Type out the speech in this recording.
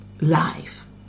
life